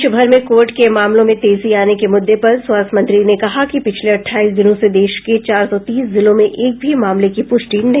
देश भर में कोविड के मामलों में तेजी आने के मुद्दे पर स्वास्थ्य मंत्री ने कहा कि पिछले अट्ठाईस दिनों से देश के चार सौ तीस जिलों में एक भी मामले की पुष्टि नहीं हुई है